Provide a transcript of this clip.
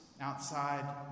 outside